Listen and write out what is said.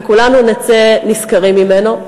וכולנו נצא נשכרים ממנו.